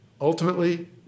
Ultimately